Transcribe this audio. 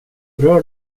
rör